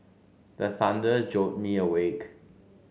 the thunder jolt me awake